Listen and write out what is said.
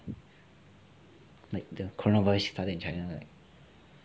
like the coronavirus started in china right